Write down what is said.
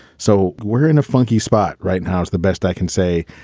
so we're in a funky spot right now is the best i can say,